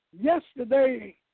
Yesterday